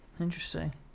interesting